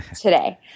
today